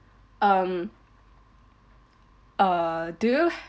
um err do you